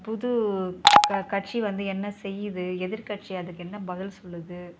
புது க கட்சி வந்து என்ன செய்யுது எதிர்க்கட்சி அதுக்கு என்ன பதில் சொல்லுது